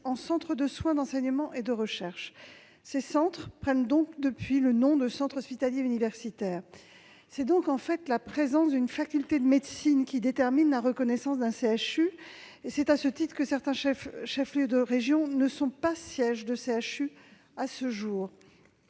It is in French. en centres de soins d'enseignement et de recherche. Ces centres ont pris le nom de centre hospitalier universitaire. C'est en fait la présence d'une faculté de médecine qui détermine la reconnaissance d'un CHU, et c'est à ce titre que certains chefs-lieux de région ne sont pas siège de CHU à ce jour.